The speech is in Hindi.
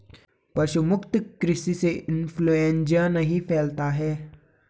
पशु मुक्त कृषि से इंफ्लूएंजा नहीं फैलता है